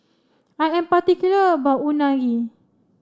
I am particular about Unagi